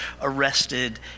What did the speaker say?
arrested